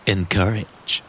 Encourage